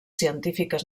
científiques